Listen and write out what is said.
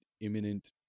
imminent